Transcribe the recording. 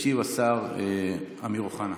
ישיב השר אמיר אוחנה.